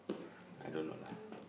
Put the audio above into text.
I don't know lah